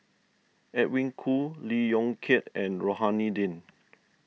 Edwin Koo Lee Yong Kiat and Rohani Din